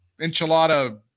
Enchilada